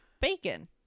bacon